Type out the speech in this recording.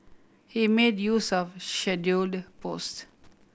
he made use of scheduled post